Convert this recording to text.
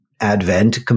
Advent